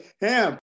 ham